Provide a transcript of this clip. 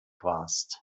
warst